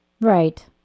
Right